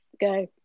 go